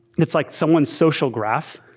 it's like someone's social graph.